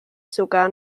sogar